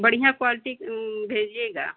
बढिया क्वालिटी भेजिएगा